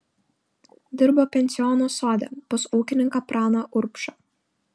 dirbo pensiono sode pas ūkininką praną urbšą